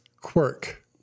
quirk